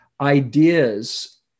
ideas